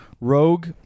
Rogue